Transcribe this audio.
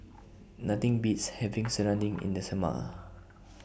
Nothing Beats having Serunding in The Summer